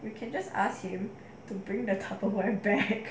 you can just asked him to bring the couple right back